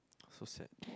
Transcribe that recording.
so sad